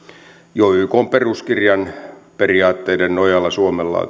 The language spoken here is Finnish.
jo ykn peruskirjan periaatteiden nojalla suomella on